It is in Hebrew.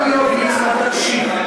גם איוב, ליצמן, תקשיב,